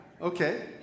Okay